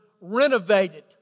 renovated